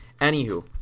Anywho